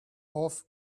off